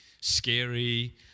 scary